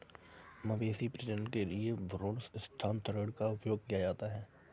मवेशी प्रजनन के लिए भ्रूण स्थानांतरण का उपयोग किया जाता है